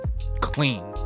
Clean